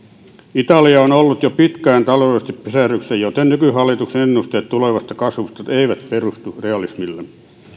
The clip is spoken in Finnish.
italia on ollut jo pitkään taloudellisesti pysähdyksissä joten nykyhallituksen ennusteet tulevasta kasvusta eivät perustu realismille